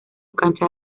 cancha